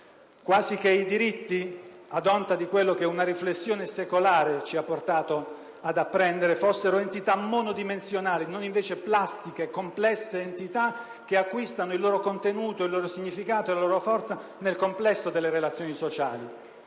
quasi che i diritti, ad onta di quello che una riflessione secolare ci ha portato ad apprendere, fossero entità monodimensionali e non, invece, plastiche e complesse entità che acquistano il loro contenuto, il loro significato e la loro forza nel complesso delle relazioni sociali.